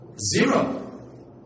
Zero